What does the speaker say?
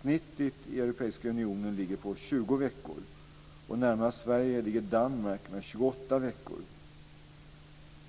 Snittet i EU ligger på 20 veckor, och närmast